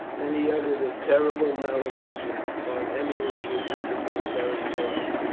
then he uttered a terrible malediction upon any who should disobey beric's orders,